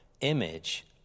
image